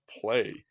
play